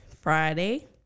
Friday